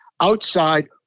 Outside